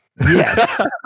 Yes